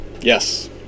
Yes